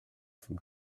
from